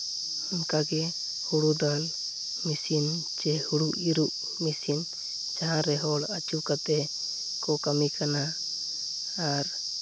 ᱚᱱᱠᱟᱜᱮ ᱦᱳᱲᱳ ᱫᱟᱞ ᱢᱮ ᱥᱤᱱ ᱪᱮ ᱦᱳᱲᱳ ᱤᱨᱚᱜ ᱢᱮᱹᱥᱤᱱ ᱡᱟᱦᱟᱸ ᱨᱮ ᱦᱚᱲ ᱟᱹᱪᱩ ᱠᱟᱛᱮ ᱠᱚ ᱠᱟᱹᱢᱤ ᱠᱟᱱᱟ ᱟᱨ